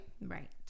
Right